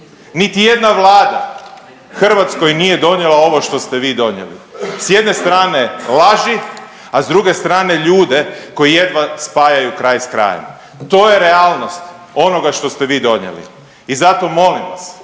niti jedna vlada Hrvatskoj nije donijela ovo što ste vi donijeli, s jedne strane laži, a s druge strane ljude koji jedva spajaju kraj s krajem. To je realnost onoga što ste vi donijeli. I zato molim vas